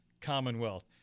Commonwealth